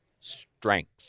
strength